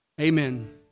Amen